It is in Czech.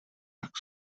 jak